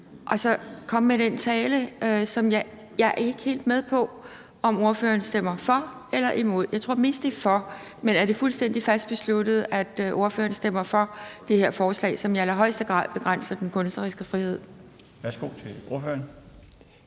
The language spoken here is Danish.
han så kommer med den tale. Jeg er ikke helt med på, om ordføreren stemmer for eller imod. Jeg tror, det er for, men er det fuldstændig fast besluttet, at ordføreren stemmer for det her forslag, som i allerhøjeste grad begrænser den kunstneriske frihed? Kl. 21:37 Den